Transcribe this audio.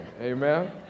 Amen